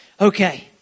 Okay